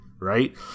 right